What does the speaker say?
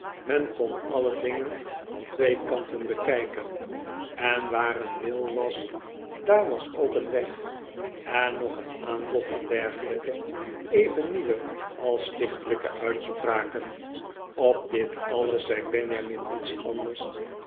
men kon alle dingen van twee kanten bekijken en waar een wil was daar was ook een weg en nog een aantal van dergelijke even nieuwe als stichtelijke uit'spraken op dit alles zei benjamin niets anders